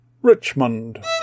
Richmond